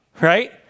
right